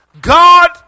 God